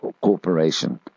corporation